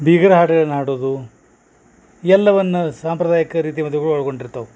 ಬೀಗರ ಹಾಡ್ಗಳ್ನ ಹಾಡೋದು ಎಲ್ಲವನ್ನು ಸಾಂಪ್ರದಾಯಿಕ ರೀತಿ ಅದು ಒಳಗೊಂಡಿರ್ತವೆ